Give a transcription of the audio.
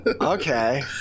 okay